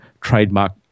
trademark